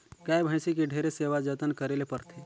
गाय, भइसी के ढेरे सेवा जतन करे ले परथे